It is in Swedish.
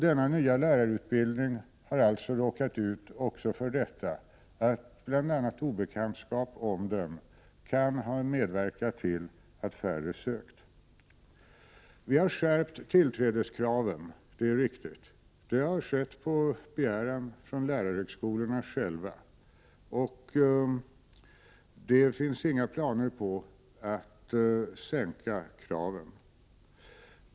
Denna nya lärarutbildning har alltså råkat ut för att bl.a. obekantskap om den kan ha medverkat till att färre elever sökt till den. Det är riktigt att tillträdeskraven har skärpts. Det har skett på begäran från lärarhögskolorna själva, och det finns inga planer på att sänka kraven.